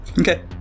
Okay